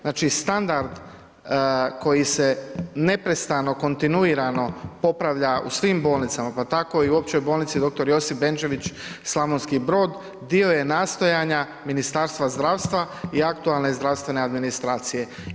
Znači standard koji se neprestano kontinuirano popravlja u svim bolnicama, pa tako i Općoj bolnici dr. Josip Bendžević Slavonski Brod dio je nastojanja Ministarstva zdravstva i aktualne zdravstvene administracije.